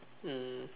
mm